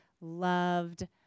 loved